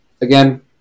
Again